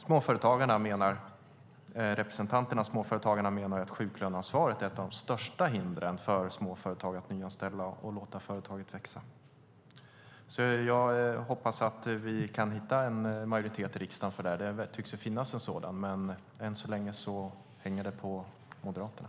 Småföretagarnas Riksförbund menar att sjuklöneansvaret är ett av de största hindren för småföretag att nyanställa och låta företaget växa. Jag hoppas att vi kan hitta en majoritet i riksdagen för detta. Det tycks ju finnas en sådan, men än så länge hänger det på Moderaterna.